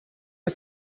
are